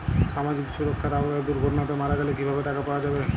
সামাজিক সুরক্ষার আওতায় দুর্ঘটনাতে মারা গেলে কিভাবে টাকা পাওয়া যাবে?